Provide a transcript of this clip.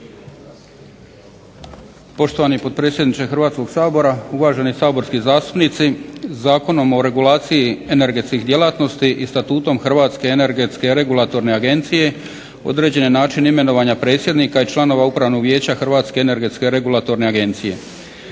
Poštovani potpredsjedniče Hrvatskog sabora, uvaženi saborski zastupnici. Zakonom o regulaciji energetskih djelatnosti i Statutom Hrvatske energetske regulatorne agencije određen je način imenovanja predsjednika i članova Upravnog vijeća Hrvatske energetske regulatorne agencije.